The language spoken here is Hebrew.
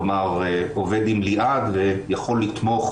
כלומר עובד עם ליעד ויכול לתמוך,